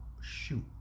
shoot